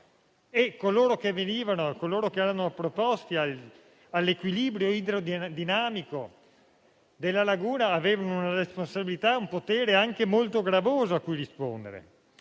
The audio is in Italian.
dragaggio dei canali e coloro che erano preposti all'equilibrio idro-dinamico della laguna avevano una responsabilità e un potere molto gravoso a cui rispondere.